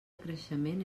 creixement